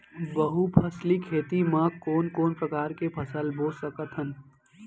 बहुफसली खेती मा कोन कोन प्रकार के फसल बो सकत हन?